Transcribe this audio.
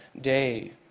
day